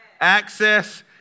Access